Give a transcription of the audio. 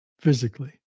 physically